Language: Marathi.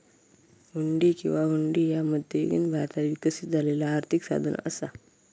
हुंडी किंवा हुंडी ह्या मध्ययुगीन भारतात विकसित झालेला आर्थिक साधन असा